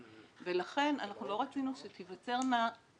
ולכן אנחנו לא רצינו שתיווצרנה סתירות